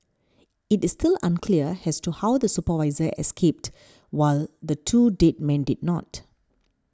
it is still unclear as to how the supervisor escaped while the two dead men did not